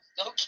Okay